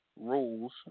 rules